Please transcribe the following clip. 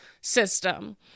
system